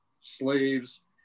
slaves